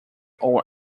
all